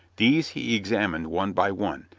these he examined one by one,